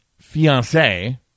fiance